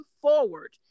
forward